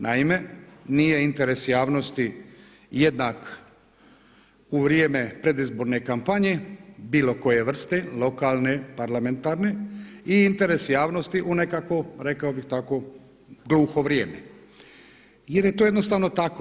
Naime, nije interes javnosti jednak u vrijeme predizborne kampanje bilo koje vrste, lokalne, parlamentarne i interes javnosti u nekako rekao bih tako gluho vrijeme jer je to jednostavno tako.